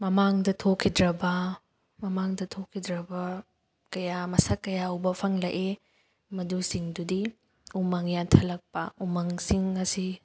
ꯃꯃꯥꯡꯗ ꯊꯣꯛꯈꯤꯗ꯭ꯔꯕ ꯃꯃꯥꯡꯗ ꯊꯣꯛꯈꯤꯗ꯭ꯔꯕ ꯀꯌꯥ ꯃꯁꯛ ꯀꯌꯥ ꯎꯕ ꯐꯪꯂꯛꯏ ꯃꯗꯨꯁꯤꯡꯗꯨꯗꯤ ꯎꯃꯪ ꯌꯥꯟꯊꯠꯂꯛꯄ ꯎꯃꯪꯁꯤꯡ ꯑꯁꯤ